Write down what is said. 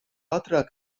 ātrāk